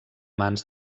mans